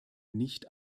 nicht